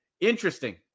Interesting